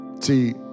See